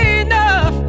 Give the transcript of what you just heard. enough